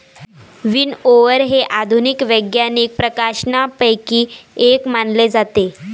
विनओवर हे आधुनिक वैज्ञानिक प्रकाशनांपैकी एक मानले जाते